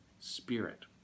spirit